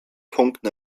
punkten